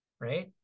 right